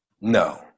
No